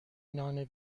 نان